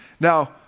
Now